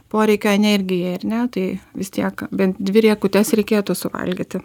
poreikio energijai ar ne tai vis tiek bent dvi riekutes reikėtų suvalgyti